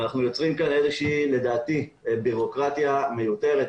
לדעתי אנחנו יוצאים כאן בירוקרטיה מיותרת.